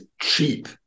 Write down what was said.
cheap